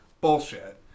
bullshit